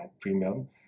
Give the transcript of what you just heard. premium